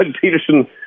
Peterson